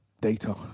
data